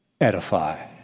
edify